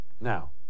Now